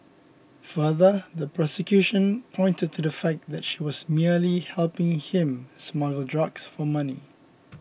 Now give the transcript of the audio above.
further the prosecution pointed to the fact that she was merely helping him smuggle drugs for money